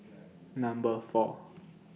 Number four